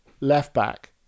left-back